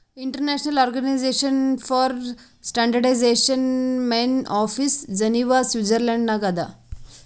international organization for standardization main office Geneva Switzerland ನಾಗ್ ಅದಾ